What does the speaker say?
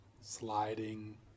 sliding